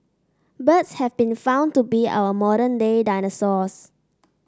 birds have been found to be our modern day dinosaurs